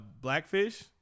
Blackfish